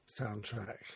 soundtrack